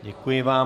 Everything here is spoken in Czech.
Děkuji vám.